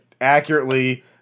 accurately